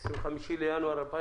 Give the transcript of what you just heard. היום יום שני,